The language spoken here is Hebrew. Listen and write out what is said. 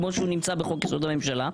כמו שהוא נמצא בחוק-יסוד: הממשלה.